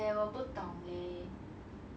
eh by the way 我很饿 eh 你要吃什么 ah